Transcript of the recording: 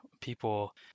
people